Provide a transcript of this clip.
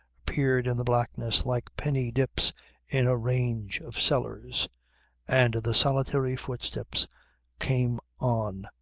appeared in the blackness like penny dips in a range of cellars and the solitary footsteps came on,